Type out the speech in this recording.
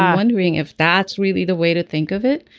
um wondering if that's really the way to think of it.